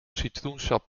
citroensap